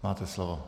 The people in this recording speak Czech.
Máte slovo.